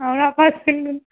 हमरा पास